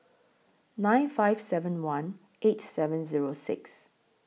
nine five seven one eight seven Zero six